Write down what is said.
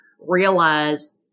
realize